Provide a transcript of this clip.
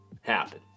happen